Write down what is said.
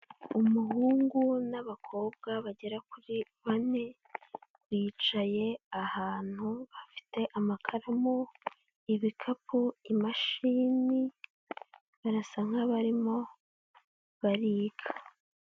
Umuhungu n'abakobwa bagera kuri bane, bicaye ahantu bafite amakaramu, ibikapu, imashini, barasa nk'abarimo bariga.